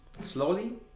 Slowly